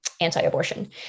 anti-abortion